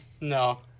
No